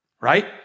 Right